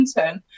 intern